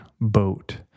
boat